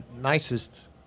nicest